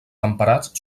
temperats